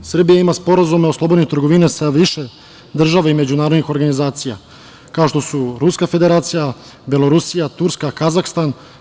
Srbija ima sporazume o slobodnoj trgovini sa više država i međunarodnih organizacija, kao što su Ruska Federacija, Belorusija, Turska, Kazahstan.